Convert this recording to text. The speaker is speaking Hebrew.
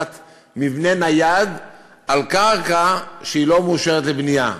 מבנה נייד על קרקע שאינה מאושרת לבנייה.